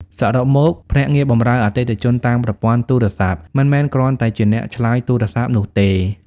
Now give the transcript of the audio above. សរុបមក ភ្នាក់ងារបម្រើអតិថិជនតាមប្រព័ន្ធទូរស័ព្ទ មិនមែនគ្រាន់តែជាអ្នកឆ្លើយទូរស័ព្ទនោះទេ។